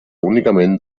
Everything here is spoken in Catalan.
únicament